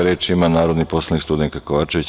Reč ima narodni poslanik Studenka Kovačević.